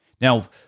Now